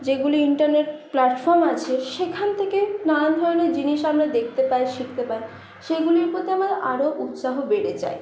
যেগুলি internet platform আছে সেখান থেকে নানান ধরনের জিনিস আমরা দেখতে পাই শিখতে পাই সেগুলির প্রতি আমার আরও উৎসাহ বেড়ে যায়